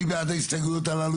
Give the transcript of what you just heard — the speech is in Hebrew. מי בעד ההסתייגויות הללו?